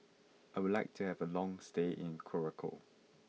I would like to have a long stay in Curacao